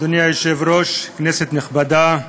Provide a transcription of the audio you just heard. אדוני היושב-ראש, כנסת נכבדה,